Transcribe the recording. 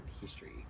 history